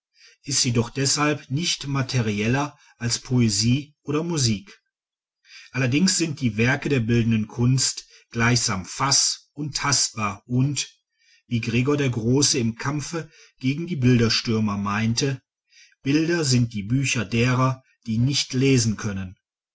ist sie doch deshalb nicht materieller als poesie oder musik allerdings sind die werke der bildenden kunst gleichsam faß und tastbar und wie gregor der große im kampfe gegen die bilderstürmer meinte bilder sind die bücher derer die nicht lesen können